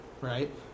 right